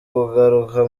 kugaruka